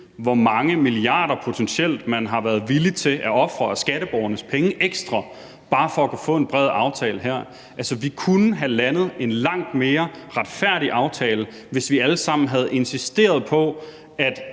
hvor mange milliarder man potentielt har været villig til at ofre af skatteborgernes penge ekstra bare for at kunne få en bred aftale her. Vi kunne have landet en langt mere retfærdig aftale, hvis vi alle sammen havde insisteret på, at